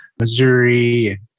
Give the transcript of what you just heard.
Missouri